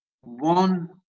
one